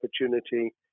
opportunity